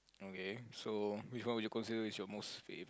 okay so which one would consider is your most famous